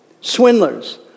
swindlers